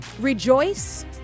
rejoice